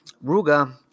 Ruga